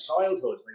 childhood